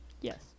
yes